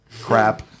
Crap